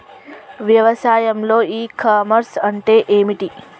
వ్యవసాయంలో e commerce అంటే ఏమిటి?